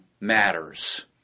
matters